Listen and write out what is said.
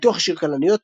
ניתוח השיר 'כלניות',